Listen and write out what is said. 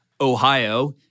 Ohio